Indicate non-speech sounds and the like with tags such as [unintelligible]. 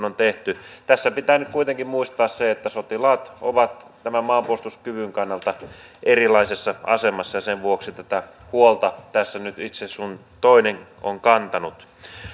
[unintelligible] on tehty tässä pitää nyt kuitenkin muistaa se että sotilaat ovat maanpuolustuskyvyn kannalta erilaisessa asemassa ja sen vuoksi tätä huolta tässä nyt yksi sun toinen on kantanut